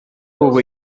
ubu